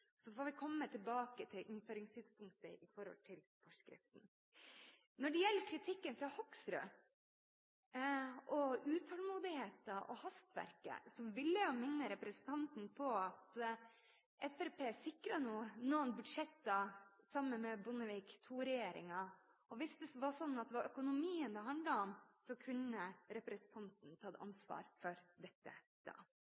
Så får vi komme tilbake til innføringstidspunktet for forskriften. Når det gjelder kritikken fra Hoksrud og utålmodigheten og hastverket, vil jeg minne representanten på at Fremskrittspartiet sikret noen budsjetter sammen med Bondevik II-regjeringen. Hvis det var sånn at det var økonomien det handlet om, kunne representanten tatt ansvar for dette da.